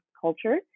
culture